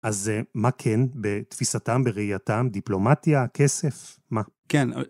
אז מה כן בתפיסתם ובראייתם, דיפלומטיה, כסף, מה? כן.